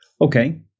okay